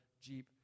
Jeep